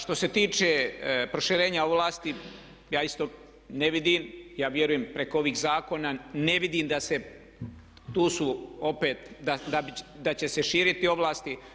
Što se tiče proširenja ovlasti ja isto ne vidim, ja vjerujem preko ovih zakona, ne vidim da se tu su opet da će se širiti ovlasti.